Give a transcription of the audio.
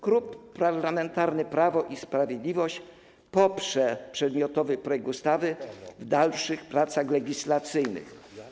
Klub Parlamentarny Prawo i Sprawiedliwość poprze przedmiotowy projekt ustawy w dalszych pracach legislacyjnych.